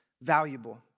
valuable